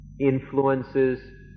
influences